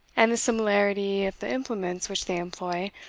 and the similarity of the implements which they employ,